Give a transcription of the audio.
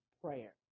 prayer